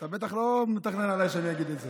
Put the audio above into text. אתה בטח לא מתכנן עליי שאני אגיד את זה.